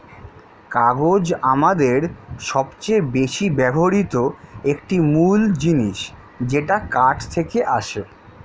কাগজ আমাদের সবচেয়ে বেশি ব্যবহৃত একটি মূল জিনিস যেটা কাঠ থেকে আসে